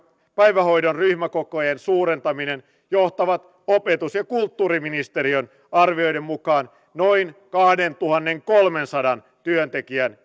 päivähoidon ryhmäkokojen suurentaminen johtavat opetus ja kulttuuriministeriön arvioiden mukaan noin kahdentuhannenkolmensadan työntekijän